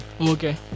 Okay